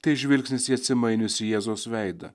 tai žvilgsnis į atsimainiusį jėzaus veidą